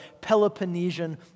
Peloponnesian